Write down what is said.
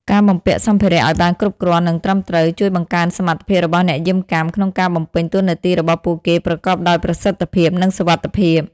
ការបំពាក់សម្ភារៈឲ្យបានគ្រប់គ្រាន់ និងត្រឹមត្រូវ ជួយបង្កើនសមត្ថភាពរបស់អ្នកយាមកាមក្នុងការបំពេញតួនាទីរបស់ពួកគេប្រកបដោយប្រសិទ្ធភាព និងសុវត្ថិភាព។